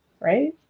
right